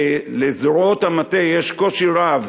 לזרועות המטה יש קושי רב